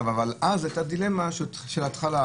אז היתה דילמה של התחלה.